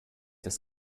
des